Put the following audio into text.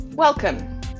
Welcome